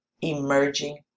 emerging